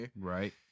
Right